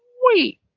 Wait